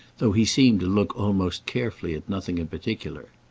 though he seemed to look almost carefully at nothing in particular.